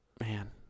Man